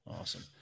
Awesome